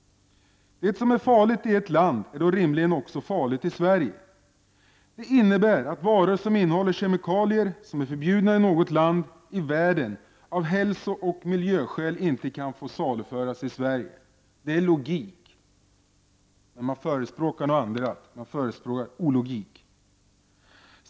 Det som är farligt i ett land är då rimligen också farligt i Sverige. Det innebär att varor som innehåller kemikalier som är förbjudna i något land i världen av hälsooch miljöskäl inte kan få saluföras i Sverige. Det är logik, men här förespråkas något annat, nämligen ologik.